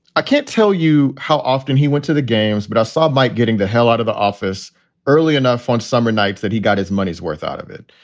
i can't tell you how often he went to the games, but i saw mike getting the hell out of the office early enough on summer nights that he got his money's worth out of it.